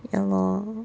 ya lor